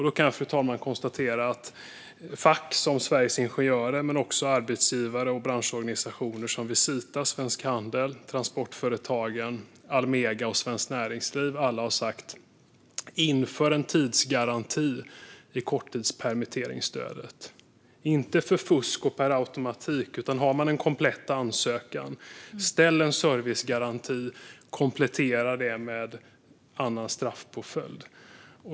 Då kan jag konstatera, fru talman, att fack som Sveriges Ingenjörer men också arbetsgivar och branschorganisationer som Visita, Svensk Handel, Transportföretagen, Almega och Svenskt Näringsliv alla har sagt: Inför en tidsgaranti i korttidspermitteringsstödet! Det ska inte vara för fusk och per automatik, men har man en komplett ansökan så ställ en servicegaranti och komplettera med annan straffpåföljd!